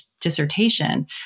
dissertation